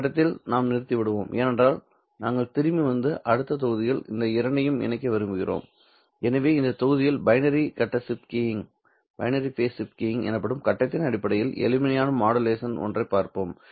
இந்த கட்டத்தில் நாம் நிறுத்திவிடுவோம் ஏனென்றால் நாங்கள் திரும்பி வந்து அடுத்த தொகுதியில் இந்த இரண்டையும் இணைக்க விரும்புகிறோம் எனவே இந்த தொகுதியில் பைனரி கட்ட ஷிப்ட் கீயிங் எனப்படும் கட்டத்தின் அடிப்படையில் எளிமையான மாடுலேஷன் ஒன்றைப் பார்ப்போம்